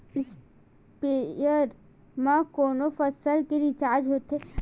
स्पीयर म कोन फसल के सिंचाई होथे?